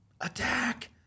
Attack